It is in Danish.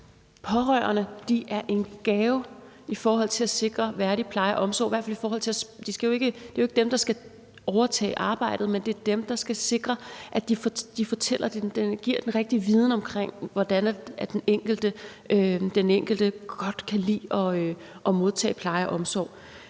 i. Pårørende er en gave i forhold til at sikre værdig pleje og omsorg. Og det er jo ikke dem, der skal overtage arbejdet, men det er dem, der skal sikre, at de giver den rigtige viden omkring, hvordan den enkelte ældre godt kan lide at modtage pleje og omsorg.